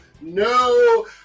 no